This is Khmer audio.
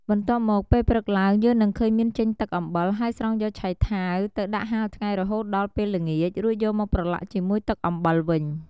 បន្ទាប់មកពេលព្រឹកឡើងយើងនឹងឃើញមានចេញទឹកអំបិល ហើយស្រង់យកឆៃថាវទៅដាក់ហាលថ្ងៃរហូតដល់ពេលល្ងាច រួចយកមកប្រឡាក់ជាមួយទឹកអំបិលវិញ។